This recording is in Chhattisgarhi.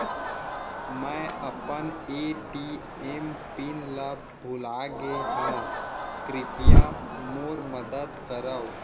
मै अपन ए.टी.एम पिन ला भूलागे हव, कृपया मोर मदद करव